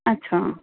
ਅੱਛਾ